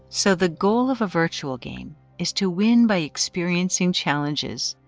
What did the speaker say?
so the goal of a virtual game is to win by experiencing challenges,